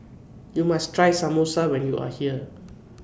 YOU must Try Samosa when YOU Are here